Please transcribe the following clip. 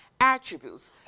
attributes